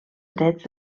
drets